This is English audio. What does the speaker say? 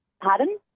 Pardon